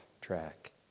track